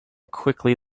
quickly